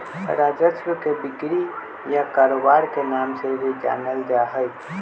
राजस्व के बिक्री या कारोबार के नाम से भी जानल जा हई